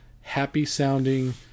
happy-sounding